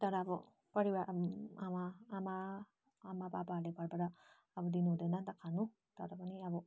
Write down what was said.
तर अब परिवार आमा आमा आमाबाबाहरूले घरबाट खानु दिनुहुँदैन नि त खानु तर पनि अब